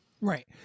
Right